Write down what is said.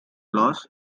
laws